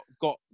got